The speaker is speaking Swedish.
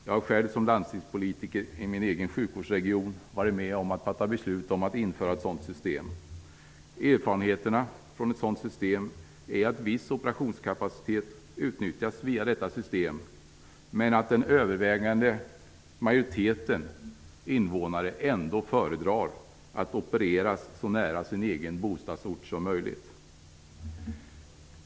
Jag har själv som landstingspolitiker i min egen sjukvårdsregion varit med om att fatta beslut om införandet av ett sådant system. Erfarenheterna visar att viss operationskapacitet utnyttjas via detta system, men att den övervägande majoriteten invånare ändå föredrar att opereras så nära sin egen bostadsort som möjligt.